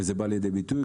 וזה בא לידי ביטוי.